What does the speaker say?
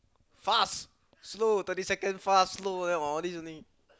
fast slow thirty second fast slow all these only